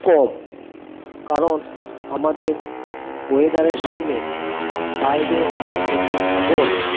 কম কারণ আমাদের ওয়েদারের সঙ্গে বাইরে দেশের ছাগল